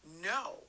no